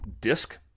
disc